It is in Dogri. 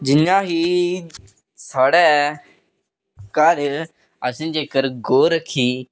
जि'यां कि साढ़े घर असें जेकर गौऽ रक्खी दी